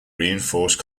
reinforced